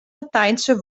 latijnse